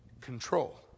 control